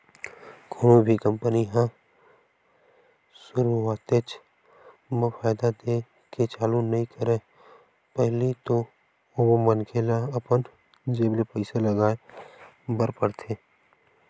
कोनो भी कंपनी ह सुरुवातेच म फायदा देय के चालू नइ करय पहिली तो ओमा मनखे ल अपन जेब ले पइसा लगाय बर परथे